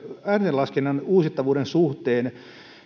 ääntenlaskennan uusittavuuden suhteen